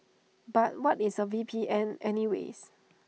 but what is A V P N any ways